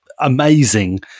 amazing